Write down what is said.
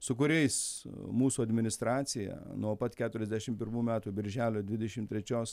su kuriais mūsų administracija nuo pat keturiasdešim pirmų metų birželio dvidešim trečios